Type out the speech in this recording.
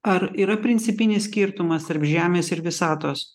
ar yra principinis skirtumas tarp žemės ir visatos